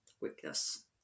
weakness